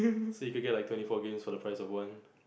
so you can get twenty four games for the price of one